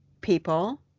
people